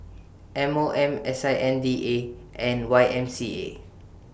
M O M S I N D A and Y M C A